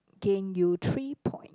gain you three point